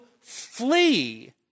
flee